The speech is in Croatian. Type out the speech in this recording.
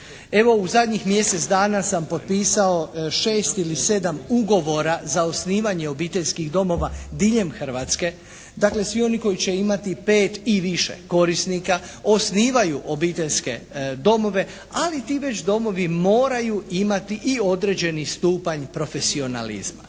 Evo u zadnjih mjesec dana sam potpisao 6 ili 7 ugovora za osnivanje obiteljskih domova diljem Hrvatske. Dakle svi oni koji će imati 5 i više korisnika osnivaju obiteljske domove, ali ti već domovi moraju imati i određeni stupanj profesionalizma.